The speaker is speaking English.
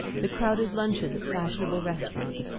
the crowded lunches at fashionable restaurants,